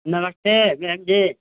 नमस्ते जय हिन्द जय